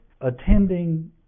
attending